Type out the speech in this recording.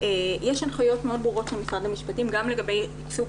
הנחיות מאוד ברורות ממשרד המשפטים גם לגבי ייצוג